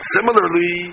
Similarly